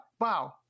Wow